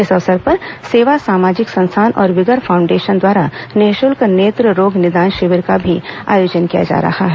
इस अवसर पर सेवा सामाजिक संस्थान और विगर फॉउण्डेशन द्वारा निःशुल्क नेत्र रोग निदान शिविर का भी आयोजन किया जा रहा है